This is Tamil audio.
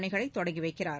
பணிகளை தொடங்கி வைக்கிறார்